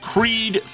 Creed